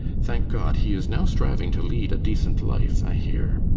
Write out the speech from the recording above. thank god, he is now striving to lead a decent life, i hear.